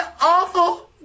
awful